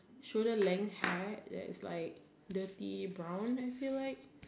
shoulder length height just is like dirty brown I feel like